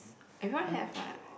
everyone have what